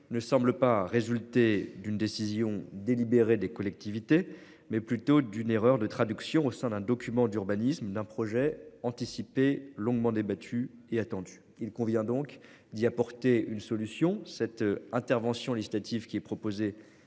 ne semble pas résulter d'une décision délibérée des collectivités mais plutôt d'une erreur de traduction au sein d'un document d'urbanisme, d'un projet anticipé longuement débattu et il convient donc d'y apporter une solution. Cette intervention législative qui est proposé